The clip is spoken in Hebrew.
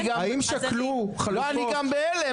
האם שקלו חלופות?